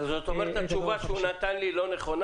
התשובה שהוא נתן לי לא נכונה?